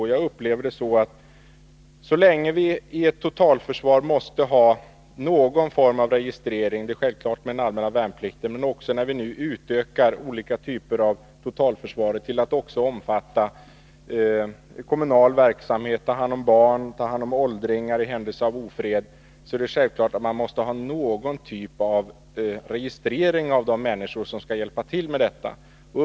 I ett Översyn av vapentotalförsvar måste vi ha någon form av registrering. Det är självklart med en frilagen allmän värnplikt. När vi nu har utökat totalförsvaret till att också omfatta kommunal verksamhet samt omhändertagande av barn och åldringar i händelse av ofred, måste vi givetvis ha någon typ av registrering av de människor som skall hjälpa till i denna verksamhet.